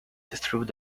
through